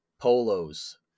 polos